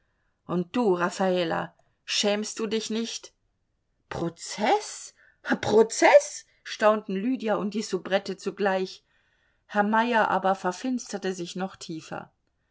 und du raffala schämst du dich nicht prozeß prozeß staunten lydia und die soubrette zugleich herr meyer aber verfinsterte sich noch tiefer